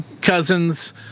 cousins